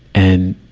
and,